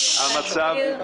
אוקיי.